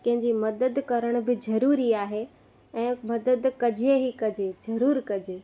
कंहिंजी मदद करण बि ज़रूरी आहे ऐं मदद कजे ई कजे ज़रूर कजे